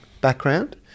background